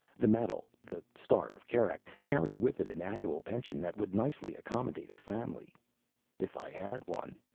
the medal the star of kerak carried with it an annual pension that would nicely accommodate a family if i had one,